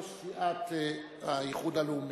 ראש סיעת האיחוד הלאומי.